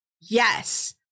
Yes